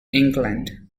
england